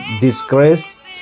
disgraced